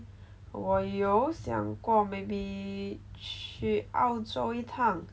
我有想过 maybe 去澳洲一趟